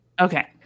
okay